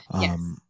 Yes